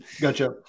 Gotcha